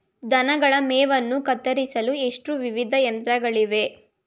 ದನಗಳ ಮೇವನ್ನು ಕತ್ತರಿಸಲು ಎಷ್ಟು ವಿಧದ ಯಂತ್ರಗಳಿವೆ?